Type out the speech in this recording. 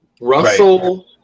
Russell